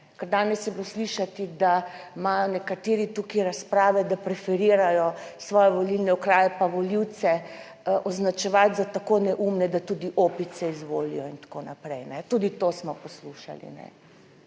danes je bilo slišati, da imajo nekateri tukaj razprave, da preferirajo svoje volilne okraje, pa volivce označevati za tako neumne, da tudi opice izvolijo in tako naprej. Tudi to smo poslušali.